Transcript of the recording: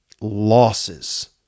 losses